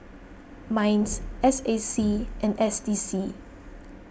Minds S A C and S D C